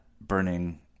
burning